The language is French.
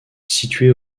situé